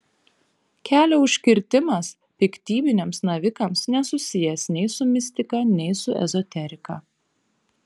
kelio užkirtimas piktybiniams navikams nesusijęs nei su mistika nei su ezoterika